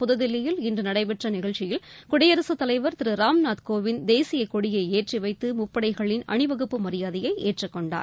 புதுதில்லியில் இன்று நடைபெற்ற நிகழ்ச்சியில் குடியரசு தலைவர் திரு ராம்நாத் கோவிந்த் தேசியக்கொடியை ஏற்றிவைத்து முப்படைகளின் அணிவகுப்பு மரியாதையை ஏற்றுக் கொண்டார்